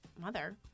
mother